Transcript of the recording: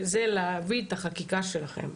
והוא להביא את החקיקה שלכן.